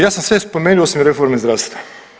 Ja sam sve spomenuo osim reforme zdravstva.